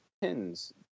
pins